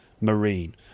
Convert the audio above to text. marine